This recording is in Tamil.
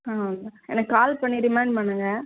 ஆ வந்துடுறேன் எனக்கு கால் பண்ணி ரிமைண்ட் பண்ணுங்க